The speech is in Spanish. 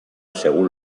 según